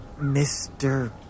Mr